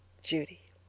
judy